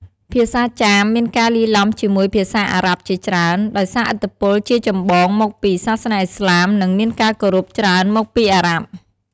ភាសាចាម មានការលាយឡំជាមួយពាក្យអារ៉ាប់ជាច្រើន ដោយសារឥទ្ធិពលជាចម្បងមកពី សាសនាអ៊ីស្លាម និងមានការគោរពច្រើនមកពីអារ៉ាប់។